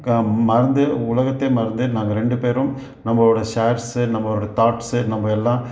மறந்து உலகத்தையே மறந்து நாங்கள் ரெண்டு பேரும் நம்மளோட ஷேர்ஸ் நம்மளோட தாட்ஸ்ஸு நம்ம எல்லாம்